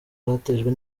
batejwe